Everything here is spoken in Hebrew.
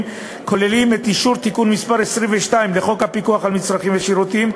כוללים את אישור תיקון מס' 22 לחוק הפיקוח על מצרכים ושירותים,